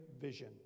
vision